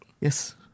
Yes